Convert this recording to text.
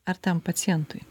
ar tam pacientui